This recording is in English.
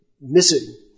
missing